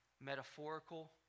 metaphorical